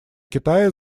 китая